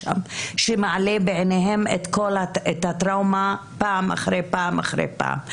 שמעלה בהם את הטראומה פעם אחרי פעם אחרי פעם.